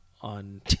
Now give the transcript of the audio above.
on